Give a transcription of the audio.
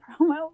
promo